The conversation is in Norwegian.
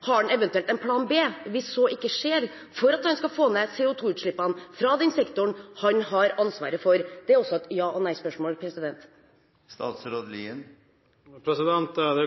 Har han eventuelt en plan B, hvis så ikke skjer, for å få ned CO2-utslippene fra den sektoren han har ansvaret for? Det er også et ja- eller nei-spørsmål. Det